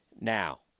Now